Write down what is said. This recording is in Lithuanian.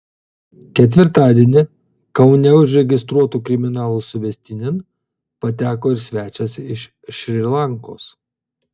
ketvirtadienį kaune užregistruotų kriminalų suvestinėn pateko ir svečias iš šri lankos